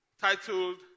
titled